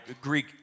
Greek